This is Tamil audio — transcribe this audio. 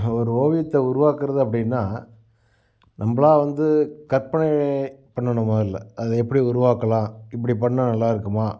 ஒரு ஓவியத்தை உருவாக்குகிறது அப்படின்னா நம்மளா வந்து கற்பனை பண்ணணும் முதல்ல அதை எப்படி உருவாக்கலாம் இப்படி பண்ணால் நல்லாயிருக்குமா